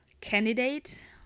candidate